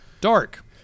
dark